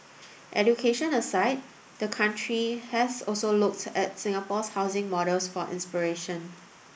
education aside the country has also looked at Singapore's housing models for inspiration